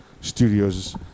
studios